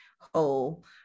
whole